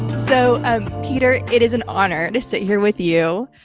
so ah peter, it is an honor to sit here with you.